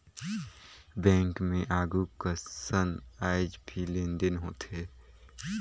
bank मे आघु कसन आयज भी लेन देन होथे